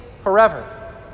forever